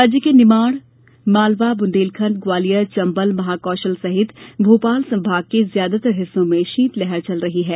राज्य के मालवा निवाड़ बुंदेलखण्ड ग्वालियर चंबल महाकौशल सहित भोपाल संभाग के ज्यादातर हिस्सों में शीतलहर चल रही है